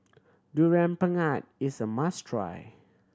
Durian Pengat is a must try